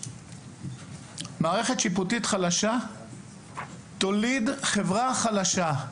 מערכת שיפוטית חלשה תוליד חברה חלשה,